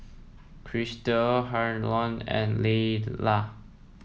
Chrystal Harlon and Layla